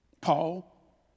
Paul